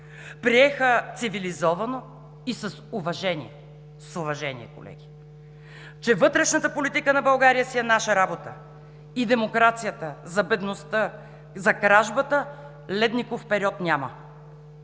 приеха цивилизовано и с уважение, с уважение, колеги, че вътрешната политика на България си е наша работа и демокрацията за бедността, за кражбата ледников период няма.